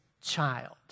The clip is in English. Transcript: child